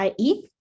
ie